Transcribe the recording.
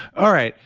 all right.